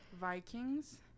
Vikings